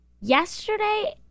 Yesterday